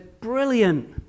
brilliant